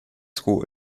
school